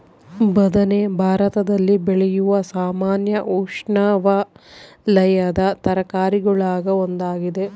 ಬದನೆ ಭಾರತದಲ್ಲಿ ಬೆಳೆಯುವ ಸಾಮಾನ್ಯ ಉಷ್ಣವಲಯದ ತರಕಾರಿಗುಳಾಗ ಒಂದಾಗಿದೆ